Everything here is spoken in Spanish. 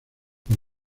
por